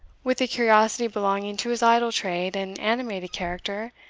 with the curiosity belonging to his idle trade and animated character,